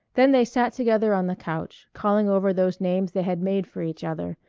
then they sat together on the couch calling over those names they had made for each other,